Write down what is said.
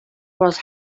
was